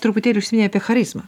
truputėlį užsiminei apie charizmą